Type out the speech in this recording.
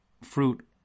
fruit